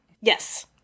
Yes